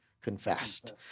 confessed